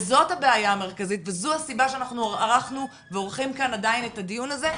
וזאת הבעיה המרכזית וזאת הסיבה שאנחנו עורכים את הדיון הזה,